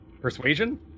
Persuasion